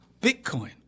Bitcoin